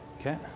Okay